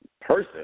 person